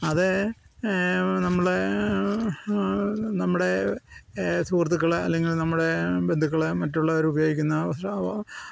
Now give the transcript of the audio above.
അത് നമ്മളെ നമ്മുടെ സുഹൃത്തുക്കൾ അല്ലെങ്കിൽ നമ്മളെ ബന്ധുക്കൾ മറ്റുള്ളവരുപയോഗിക്കുന്ന വസ്ത്ര